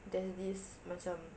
there's this macam